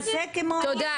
תודה.